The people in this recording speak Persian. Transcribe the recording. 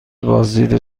بازدید